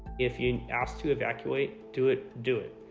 if you asked to evacuate, do it, do it.